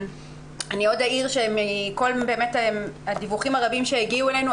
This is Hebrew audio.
אני אעיר עוד שמכל הדיווחים הרבים שהגיעו אלינו,